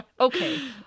okay